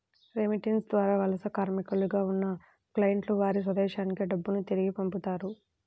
remittance ద్వారా వలస కార్మికులుగా ఉన్న క్లయింట్లు వారి స్వదేశానికి డబ్బును తిరిగి పంపుతారు